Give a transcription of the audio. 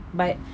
but